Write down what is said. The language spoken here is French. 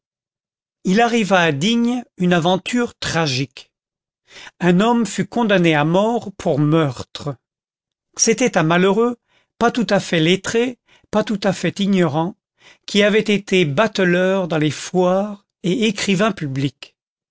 il arriva à digne une aventure tragique un homme fut condamné à mort pour meurtre c'était un malheureux pas tout à fait lettré pas tout à fait ignorant qui avait été bateleur dans les foires et écrivain public